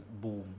boom